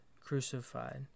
crucified